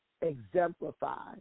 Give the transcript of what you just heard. exemplify